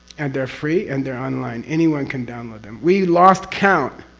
and they're free and they're online, anyone can download them. we lost count,